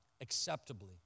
Acceptably